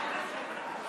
בבקשה לשבת.